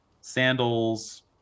sandals